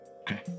Okay